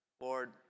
Lord